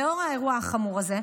לנוכח האירוע החמור הזה,